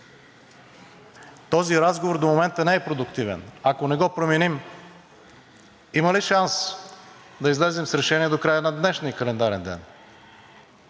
Този разговор до момента не е продуктивен. Ако не го променим, има ли шанс да излезем с решение до края на днешния календарен ден?